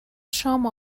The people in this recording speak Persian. شام